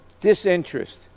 disinterest